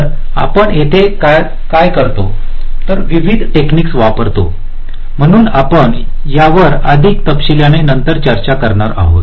तर आपण येथे काय करतो तर विविध टेकनिकस वापरतो म्हणून आपण यावर अधिक तपशीलाने नंतर चर्चा करणार आहोत